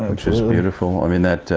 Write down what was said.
which is beautiful. i mean that,